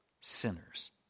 sinners